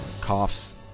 coughs